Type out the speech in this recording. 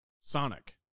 Sonic